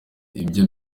ibyo